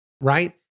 right